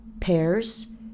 pears